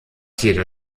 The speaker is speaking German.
jeder